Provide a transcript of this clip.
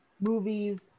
movies